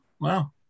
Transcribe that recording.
Wow